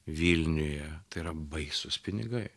vilniuje tai yra baisūs pinigai